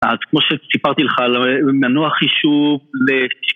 אז כמו שסיפרתי לך על המנוע חישוב ל..